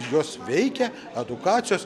jos veikia edukacijos